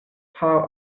how